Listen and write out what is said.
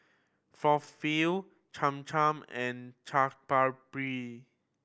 Falafel Cham Cham and Chaat Papri